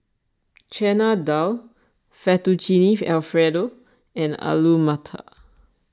Chana Dal Fettuccine Alfredo and Alu Matar